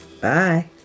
Bye